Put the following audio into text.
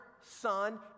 Son